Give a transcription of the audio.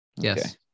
yes